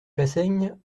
chassaigne